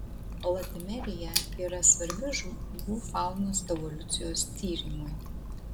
latimerija yra svarbi žuvų faunos evoliucijos tyrimui